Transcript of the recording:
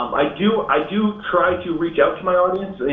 i do i do try to reach out to my audience.